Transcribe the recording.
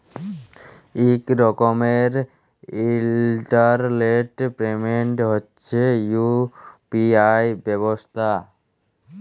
ইক রকমের ইলটারলেট পেমেল্ট হছে ইউ.পি.আই ব্যবস্থা